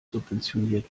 subventioniert